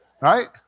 right